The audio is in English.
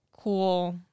cool